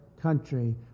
country